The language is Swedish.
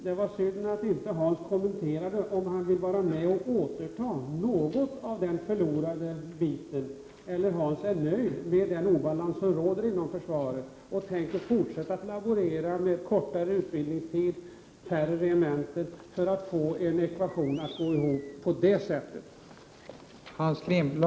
Det var synd att inte Hans Lindblad sade någonting om huruvida han vill vara med och återta något av den förlorade biten. Är Hans Lindblad nöjd med den obalans som råder inom försvaret och som innebär att man måste fortsätta att laborera med kortare utbildningstid och färre regementen för att få ekvationen att gå ihop?